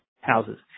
houses